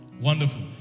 Wonderful